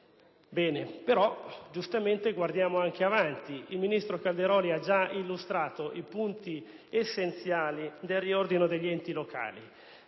Però giustamente guardiamo anche avanti. Il ministro Calderoli ha già illustrato i punti essenziali del riordino degli enti locali.